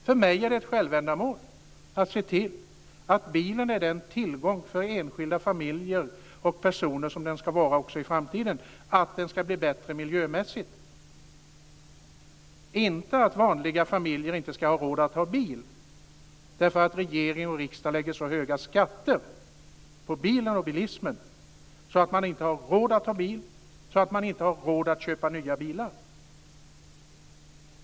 För mig är det ett självändamål att se till att bilen är den tillgång för enskilda familjer och personer som den ska vara också i framtiden och att den ska bli bättre miljömässigt, inte att vanliga familjer inte ska ha råd att ha bil därför att regering och riksdag beskattar bilen och bilismen så mycket att man inte har råd att ha bil och inte har råd att köpa nya bilar.